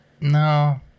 No